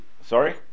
Sorry